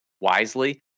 wisely